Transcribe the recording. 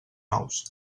nous